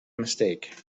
mistake